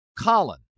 Colin